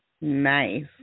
Nice